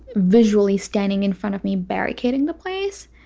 visually standing in front of me barricading the place.